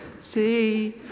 see